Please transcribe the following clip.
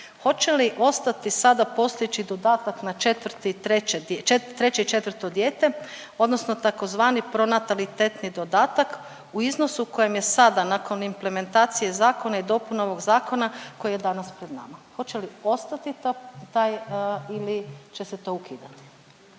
hoće li ostati sada postojeći dodatak na četvrti i treće, treće i četvrto dijete odnosno tzv. pronatalitetni dodatak u iznosu u kojem je sada nakon implementacije zakona i dopune ovog zakona koji je danas pred nama? Hoće li ostati taj ili će se to ukidati?